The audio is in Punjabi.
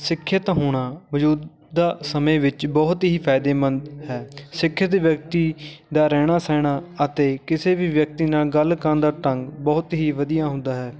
ਸਿੱਖਿਅਤ ਹੋਣਾ ਮੌਜੂਦਾ ਸਮੇਂ ਵਿੱਚ ਬਹੁਤ ਹੀ ਫਾਇਦੇਮੰਦ ਹੈ ਸਿੱਖਿਅਤ ਵਿਅਕਤੀ ਦਾ ਰਹਿਣਾ ਸਹਿਣਾ ਅਤੇ ਕਿਸੇ ਵੀ ਵਿਅਕਤੀ ਨਾਲ ਗੱਲ ਕਰਨ ਦਾ ਢੰਗ ਬਹੁਤ ਹੀ ਵਧੀਆ ਹੁੰਦਾ ਹੈ